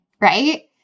right